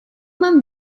mám